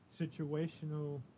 Situational